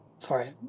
Sorry